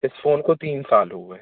इस फ़ोन को तीन साल हो गये